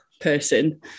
person